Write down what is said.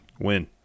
Win